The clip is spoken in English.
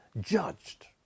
judged